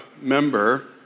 member